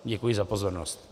Děkuji za pozornost.